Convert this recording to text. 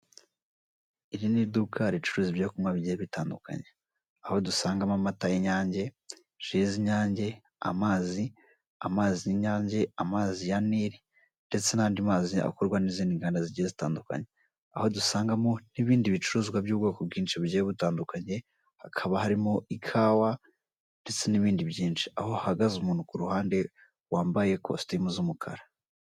Iri ni iduka ricuruza ibyo kunywa bigiye bitandukanye aho dusangamo amata y'Inyange, ji z'Inyange, amazi y'Inyange, amazi ya Nili ndetse n'andi mazi akorwa n'izindi nganda zigiye zitandukanye aho dusangamo n'ibindi bicuruzwa by'ubwoko bwinshi bugiye butandukanye. Hakaba harimo ikawa ndetse n'ibindi byinshi. Aho hahagaze umuntu ku ruhande wambaye kositimu z'umukara.